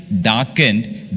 darkened